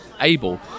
able